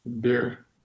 Beer